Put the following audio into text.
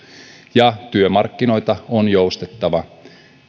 ja työmarkkinoita on joustavoitettava